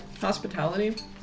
Hospitality